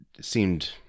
seemed